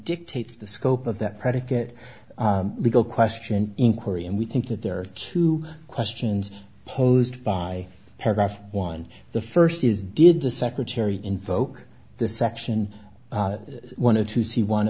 dictates the scope of that predicate legal question inquiry and we think that there are two questions posed by paragraph one the first is did the secretary invoke this section wanted to see one